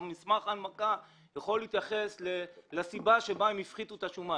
מסמך ההנמקה יכול להתייחס לסיבה שבגינה הם הפחיתו את השומה.